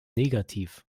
negativ